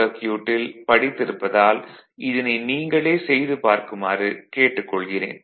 சர்க்யூட்டில் படித்திருப்பதால் இதனை நீங்களே செய்து பார்க்குமாறு கேட்டுக் கொள்கிறேன்